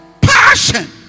Passion